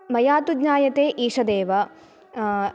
मया तु ज्ञायते ईषदेव